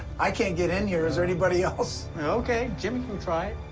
i can't get in here. is there anybody else? okay, jimmy can try